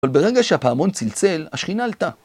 ‫אבל ברגע שהפעמון צלצל, ‫השכינה עלתה.